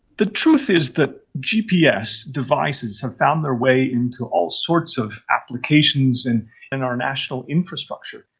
the truth is that gps devices have found their way into all sorts of applications and in our national infrastructure.